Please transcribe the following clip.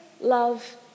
love